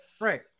right